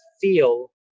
feel